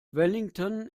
wellington